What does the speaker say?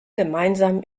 gemeinsam